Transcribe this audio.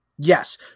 yes